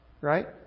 Right